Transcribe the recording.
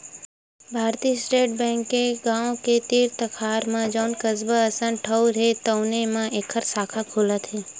भारतीय state bank के गाँव के तीर तखार म जउन कस्बा असन ठउर हे तउनो म एखर साखा खुलत हे